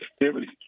activities